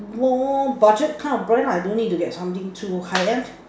more budget kind of brand I don't need to get something too high end